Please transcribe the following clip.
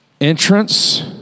entrance